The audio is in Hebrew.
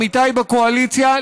עמיתיי בקואליציה,